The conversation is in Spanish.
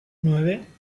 nueve